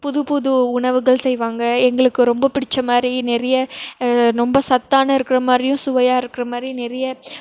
புது புது உணவுகள் செய்வாங்க எங்களுக்கு ரொம்ப பிடிச்ச மாதிரி நிறைய ரொம்ப சத்தான இருக்கிற மாதிரியும் சுவையாக இருக்கிற மாதிரியும் நிறைய